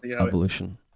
evolution